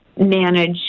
Manage